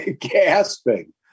gasping